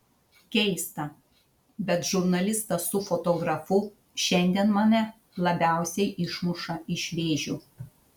keista bet žurnalistas su fotografu šiandien mane labiausiai išmuša iš vėžių